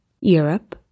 Europe